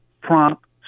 prompt